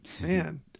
Man